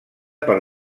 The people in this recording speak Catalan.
per